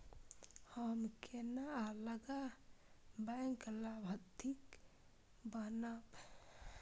हम केना अलग बैंक लाभार्थी बनब?